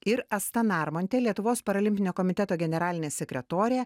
ir asta narmontė lietuvos parolimpinio komiteto generalinė sekretorė